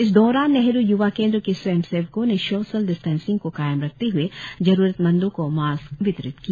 इस दौरान नेहरु य्वा केंद्र के स्वयं सेवको ने सोशल डिस्टेन्सिंग को कायम रखते हए जरुरतमंदो को मास्क वितरित किया